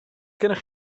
gennych